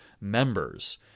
members